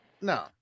No